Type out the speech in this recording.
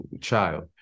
child